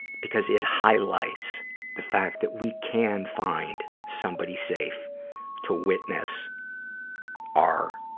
because it highlights the fact that we can find somebody safe to witness our